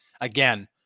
again